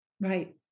Right